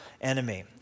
enemy